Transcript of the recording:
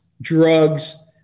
drugs